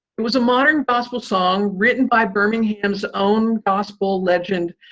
it was a modern gospel song written by birmingham's own gospel legend,